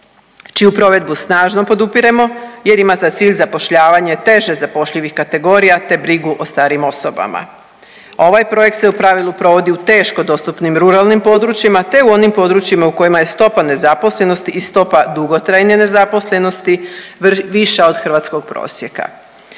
čiju provedbu snažno podupiremo jer ima za cilj zapošljavanje teže zapošljivih kategorija te brigu o starijim osobama. Ovaj projekt se u pravilu provodi u teško dostupnim ruralnim područjima te u onim područjima u kojima je stopa nezaposlenosti i stopa dugotrajne nezaposlenosti viša od hrvatskog prosjeka.